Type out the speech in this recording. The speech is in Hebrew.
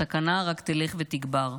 הסכנה רק תלך ותגבר.